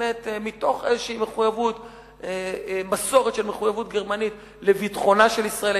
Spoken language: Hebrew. באמת מתוך איזושהי מסורת של מחויבות גרמנית לביטחונה של ישראל,